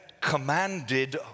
commanded